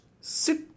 sit